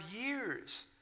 years